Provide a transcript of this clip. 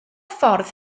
ffordd